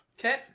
Okay